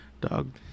Dog